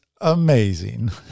amazing